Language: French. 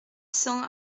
cents